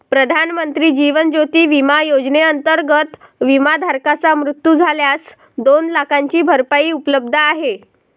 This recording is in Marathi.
प्रधानमंत्री जीवन ज्योती विमा योजनेअंतर्गत, विमाधारकाचा मृत्यू झाल्यास दोन लाखांची भरपाई उपलब्ध आहे